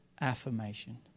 affirmation